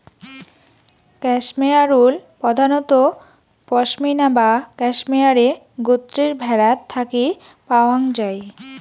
cashmere wool প্রধানত পসমিনা বা ক্যাশমেয়ারে গোত্রের ভ্যাড়াত থাকি পাওয়াং যাই